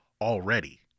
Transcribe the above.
already